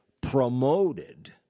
promoted